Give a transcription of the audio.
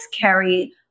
carry